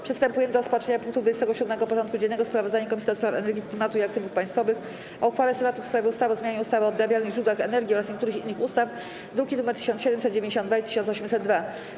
Przystępujemy do rozpatrzenia punktu 27. porządku dziennego: Sprawozdanie Komisji do Spraw Energii, Klimatu i Aktywów Państwowych o uchwale Senatu w sprawie ustawy o zmianie ustawy o odnawialnych źródłach energii oraz niektórych innych ustaw (druki nr 1792 i 1802)